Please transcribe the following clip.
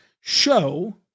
show